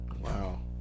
Wow